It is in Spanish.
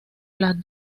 las